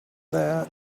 that